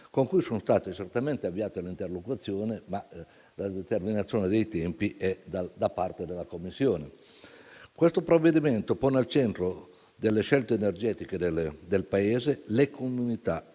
con cui sono state certamente avviate le interlocuzioni, ma la determinazione dei tempi è da parte della Commissione. Questo provvedimento pone al centro delle scelte energetiche del Paese le comunità e